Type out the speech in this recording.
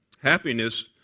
Happiness